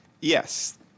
Yes